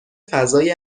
فضای